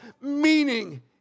meaning